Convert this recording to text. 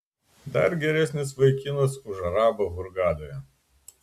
dar geresnis vaikinas už arabą hurgadoje